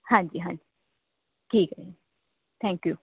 ਹਾਂਜੀ ਹਾਂਜੀ ਠੀਕ ਹੈ ਜੀ ਥੈਂਕ ਯੂ